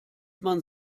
man